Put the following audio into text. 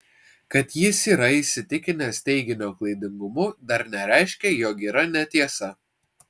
kad jis yra įsitikinęs teiginio klaidingumu dar nereiškia jog yra netiesa